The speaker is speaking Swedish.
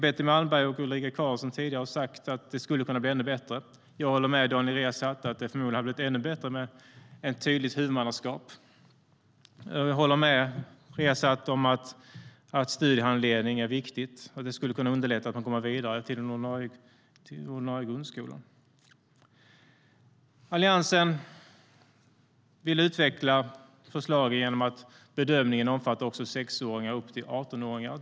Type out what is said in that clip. Betty Malmberg och Ulrika Carlsson sa tidigare att det skulle kunna bli ännu bättre. Alliansen vill utveckla förslaget genom att låta bedömningen omfatta 6 till 18-åringar.